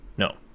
No